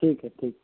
ٹھیک ہے ٹھیک